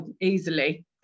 Easily